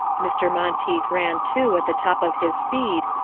mr. monteith ran too at the top of his speed,